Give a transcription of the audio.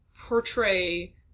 portray